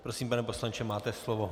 Prosím, pane poslanče, máte slovo.